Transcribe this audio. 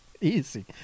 Easy